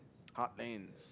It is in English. heartlands